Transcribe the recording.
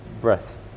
Breath